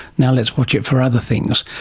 now let's watch it for other things.